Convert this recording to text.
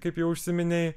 kaip jau užsiminei